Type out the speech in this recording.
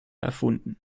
erfunden